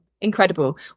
Incredible